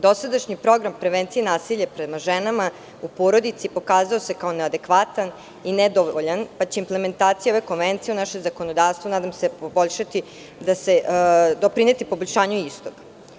Dosadašnji program prevencije nasilja nad ženama u porodici pokazao se kao neadekvatan i nedovoljan i da će implementacija konvencije u našem zakonodavstvu nadam se doprineti poboljšanju istog.